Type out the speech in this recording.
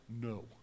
No